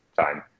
time